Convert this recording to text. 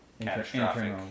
catastrophic